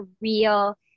real